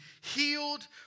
healed